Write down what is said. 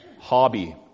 hobby